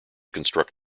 construct